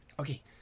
Okay